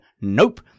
Nope